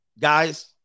Guys